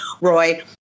Roy